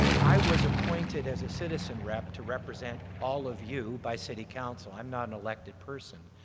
i was appointed as a citizen rep to represent all of you by city council, i'm not an elected person.